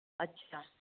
अच्छा